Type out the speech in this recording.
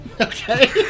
Okay